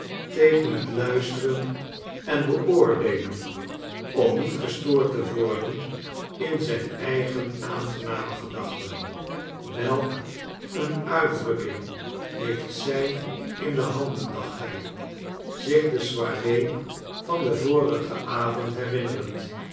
tegen het luisteren en beoordeelen om niet gestoord te worden in zijn eigen aangename gedachten welk een uitdrukking heeft zij in de handen dacht hij zich de soirée van den vorigen avond herinnerend